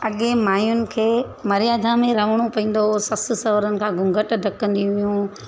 अॻे माइयुनि खे मर्यादा में रहिणो पवंदो हुओ ससु सहुरनि खां घुंघट ढकंदी हुयूं